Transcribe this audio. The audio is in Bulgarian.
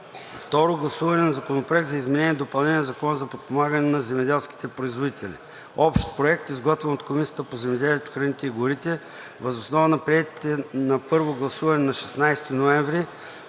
Второ гласуване на Законопроекта за изменение и допълнение на Закона за подпомагане на земеделските производители – Общ проект, изготвен от Комисията по земеделието, храните и горите въз основа на приетите на първо гласуване на 16 ноември